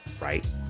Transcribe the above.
right